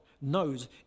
knows